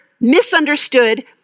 misunderstood